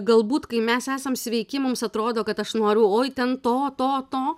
galbūt kai mes esam sveiki mums atrodo kad aš noriu oi ten to to to